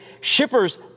Shippers